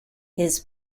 his